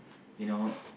you know